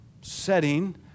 setting